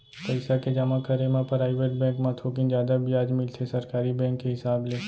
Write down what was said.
पइसा के जमा करे म पराइवेट बेंक म थोकिन जादा बियाज मिलथे सरकारी बेंक के हिसाब ले